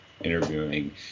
interviewing